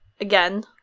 again